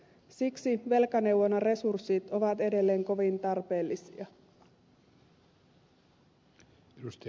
siksi velkaneuvonnan resurssit ovat edelleen kovin tarpeellisia